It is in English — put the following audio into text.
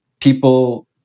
people